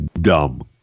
dumb